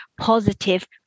positive